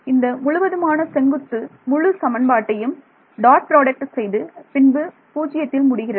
இந்த முழுவதுமான செங்குத்து முழு சமன்பாட்டையும் டாட் புரோடக்ட் செய்து பின்பு 0 வில் முடிகிறது